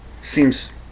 seems